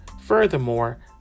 Furthermore